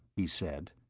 he said.